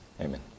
amen